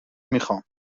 میخوام